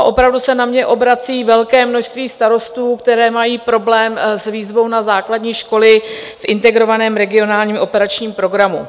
Opravdu se na mne obrací velké množství starostů, kteří mají problém s výzvou na základní školy v integrovaném regionálním operačním programu.